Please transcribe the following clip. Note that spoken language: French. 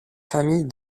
famille